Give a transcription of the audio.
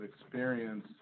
experience